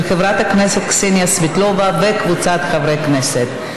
של חברת הכנסת קסניה סבטלובה וקבוצת חברי הכנסת.